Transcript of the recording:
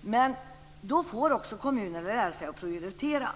Men då får också kommunerna lära sig att prioritera.